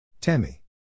Tammy